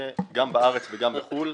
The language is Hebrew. גם בארץ וגם בחו"ל,